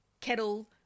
kettle